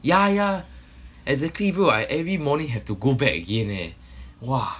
yeah yeah exactly bro I every morning have to go back again eh !wah!